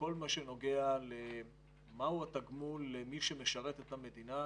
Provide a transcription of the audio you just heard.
שבכל מה שנוגע למה הוא התגמול למי שמשרת את המדינה,